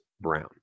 Brown